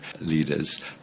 leaders